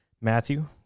Matthew